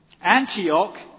Antioch